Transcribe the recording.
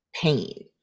pain